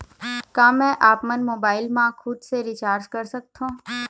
का मैं आपमन मोबाइल मा खुद से रिचार्ज कर सकथों?